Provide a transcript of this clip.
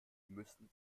müssen